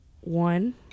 one